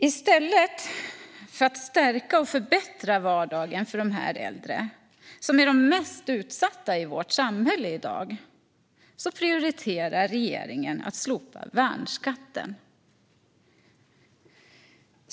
I stället för att stärka och förbättra vardagen för dessa äldre, som är de mest utsatta i vårt samhälle i dag, prioriterar regeringen att slopa värnskatten.